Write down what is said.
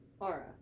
Aura